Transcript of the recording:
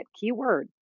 keyword